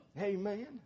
Amen